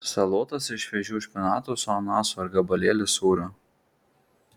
salotos iš šviežių špinatų su ananasu ir gabalėlis sūrio